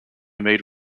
made